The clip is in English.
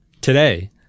Today